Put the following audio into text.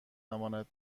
امانت